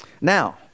Now